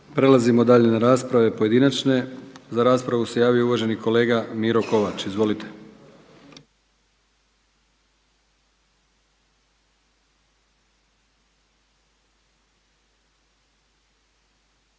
Prelazimo dalje na rasprave pojedinačne. Za raspravu se javio uvaženi kolega Miro Kovač. Izvolite.